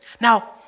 Now